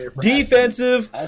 defensive